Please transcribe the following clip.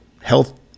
health